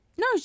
No